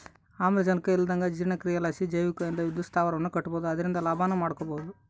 ಆಮ್ಲಜನಕ ಇಲ್ಲಂದಗ ಜೀರ್ಣಕ್ರಿಯಿಲಾಸಿ ಜೈವಿಕ ಅನಿಲ ವಿದ್ಯುತ್ ಸ್ಥಾವರವನ್ನ ಕಟ್ಟಬೊದು ಅದರಿಂದ ಲಾಭನ ಮಾಡಬೊಹುದು